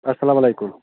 اَسلامُ علیکُم